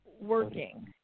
working